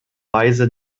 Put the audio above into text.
weise